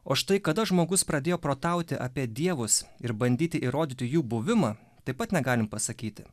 o štai kada žmogus pradėjo protauti apie dievus ir bandyti įrodyti jų buvimą taip pat negalim pasakyti